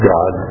God